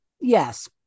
Yes